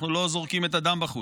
אנחנו לא זורקים את הדם בחוץ,